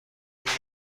انگار